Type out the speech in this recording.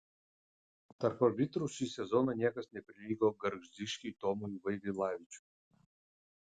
tarp arbitrų šį sezoną niekas neprilygo gargždiškiui tomui vaivilavičiui